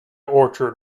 orchard